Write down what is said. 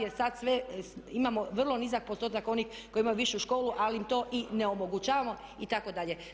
Jer sad imamo vrlo nizak postotak onih koji imaju višu školu, ali im to i ne omogućavamo itd.